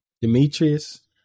Demetrius